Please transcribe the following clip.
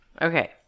Okay